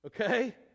okay